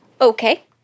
Okay